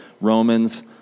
Romans